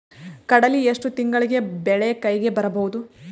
ಕಡಲಿ ಎಷ್ಟು ತಿಂಗಳಿಗೆ ಬೆಳೆ ಕೈಗೆ ಬರಬಹುದು?